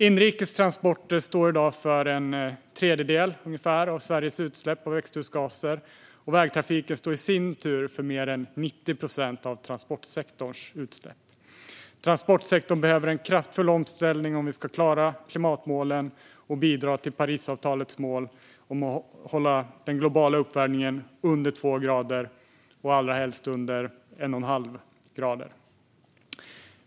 Inrikes transporter står i dag för ungefär en tredjedel av Sveriges utsläpp av växthusgaser, och vägtrafiken står i sin tur för mer än 90 procent av transportsektorns utsläpp. Transportsektorn behöver en kraftfull omställning om vi ska klara klimatmålen och bidra till Parisavtalets mål om att hålla den globala uppvärmningen under 2 grader och allra helst under 1,5 grader.